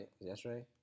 Yesterday